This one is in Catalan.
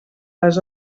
les